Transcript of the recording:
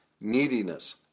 neediness